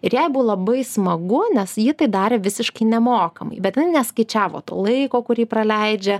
ir jai buvo labai smagu nes ji tai darė visiškai nemokamai bet neskaičiavo to laiko kurį praleidžia